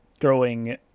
growing